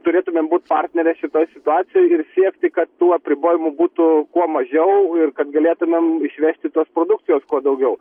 turėtumėm būt partnerės šitoj situacijoj ir siekti kad tų apribojimų būtų kuo mažiau ir kad galėtumėm išvešti tos produkcijos kuo daugiau